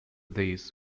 pradesh